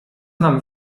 nam